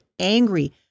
angry